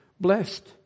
Blessed